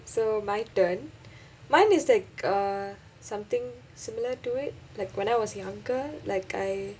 so my turn my mistake uh something similar to it like when I was younger like I